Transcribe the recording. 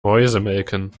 mäusemelken